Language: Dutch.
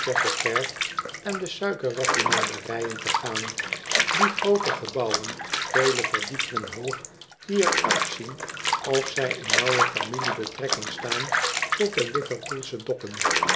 whitechapel kerk en de suikerraffinaderijen te gaan die groote gebouwen vele verdiepingen hoog die er uitzien of zij in nauwe familiebetrekking staan tot de liverpoolsche dokken